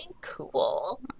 cool